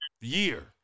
year